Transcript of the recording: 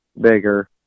bigger